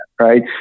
Right